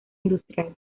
industrial